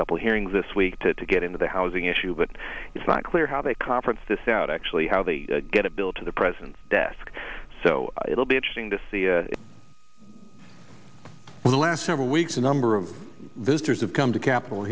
couple hearings this week to get into the housing issue but it's not clear how they conference this out actually how they get a bill to the president's desk so it'll be interesting to see well the last several weeks a number of visitors have come to capitol